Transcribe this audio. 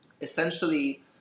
Essentially